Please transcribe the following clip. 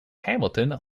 hamilton